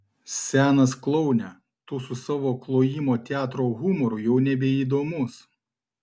senas kloune tu su savo klojimo teatro humoru jau nebeįdomus